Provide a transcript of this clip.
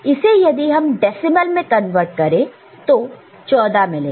इसे यदि हम डेसिमल में कन्वर्ट करें तो 14 मिलेगा